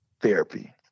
therapy